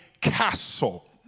castle